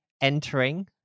entering